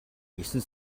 есөн